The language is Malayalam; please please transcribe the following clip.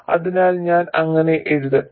അതിനാൽ ഞാൻ അങ്ങനെ എഴുതട്ടെ